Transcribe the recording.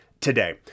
today